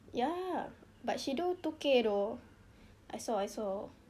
ya but she do two K though I saw I saw